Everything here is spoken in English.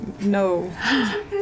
no